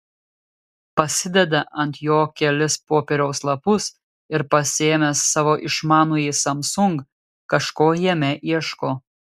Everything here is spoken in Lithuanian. pasideda ant jo kelis popieriaus lapus ir pasiėmęs savo išmanųjį samsung kažko jame ieško